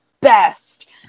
best